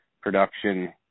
production